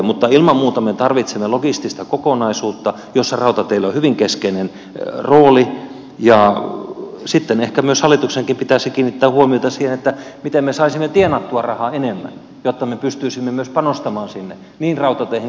mutta ilman muuta me tarvitsemme logistista kokonaisuutta jossa rautateillä on hyvin keskeinen rooli ja sitten ehkä hallituksenkin pitäisi kiinnittää huomiota siihen miten me saisimme tienattua rahaa enemmän jotta me pystyisimme myös panostamaan sinne niin rautateihin kuin maanteihin